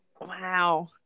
Wow